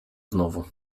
znowu